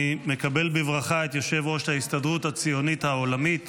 אני מקבל בברכה את יושב-ראש ההסתדרות הציונית העולמית